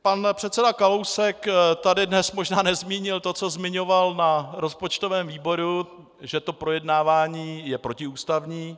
Pan předseda Kalousek tady dnes možná nezmínil to, co zmiňoval na rozpočtovém výboru že projednávání je protiústavní.